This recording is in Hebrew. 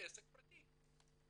עסק פרטי,